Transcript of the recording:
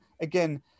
again